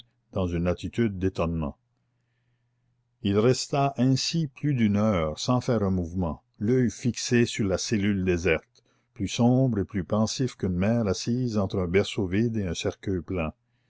dans une attitude d'étonnement il resta ainsi plus d'une heure sans faire un mouvement l'oeil fixé sur la cellule déserte plus sombre et plus pensif qu'une mère assise entre un berceau vide et un cercueil plein